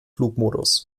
flugmodus